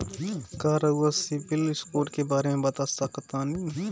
का रउआ CIBIL score के बारे में बता सकतानी?